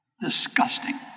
Disgusting